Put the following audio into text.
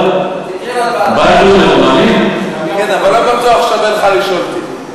כן, אבל לא בטוח שאתן לך לשאול אותי.